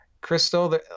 Crystal